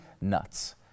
nuts